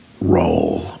role